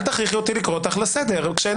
אל תכריחי אותי לקרוא אותך לסדר כשאין